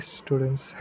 students